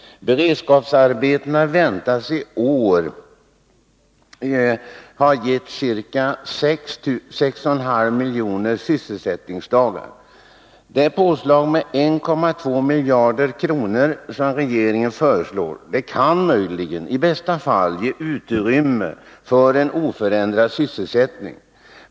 Beredskapsarbetena väntas i år ha gett ca 6,5 miljoner sysselsättningsdagar. Det påslag med 1,2 miljarder kronor som regeringen föreslår kan möjligen, i bästa fall, ge utrymme för en oförändrad sysselsättning.